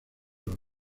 los